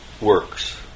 works